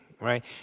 right